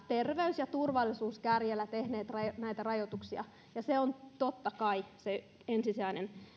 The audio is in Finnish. terveys ja turvallisuus kärjellä tehneet näitä rajoituksia ja se on totta kai se ensisijainen